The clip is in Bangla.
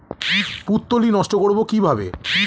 পুত্তলি নষ্ট করব কিভাবে?